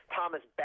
Thomas